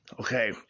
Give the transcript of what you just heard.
okay